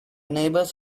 neighbors